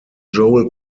joel